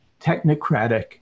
technocratic